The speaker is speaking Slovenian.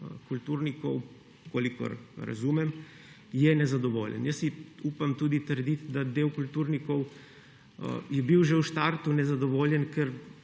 kulturnikov, kolikor razumem, je nezadovoljen. Jaz si upam tudi trditi, da del kulturnikov je bil že v startu nezadovoljen, ker